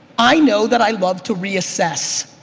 i know that i love to reassess.